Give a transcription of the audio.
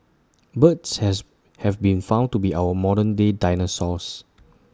birds has have been found to be our modern day dinosaurs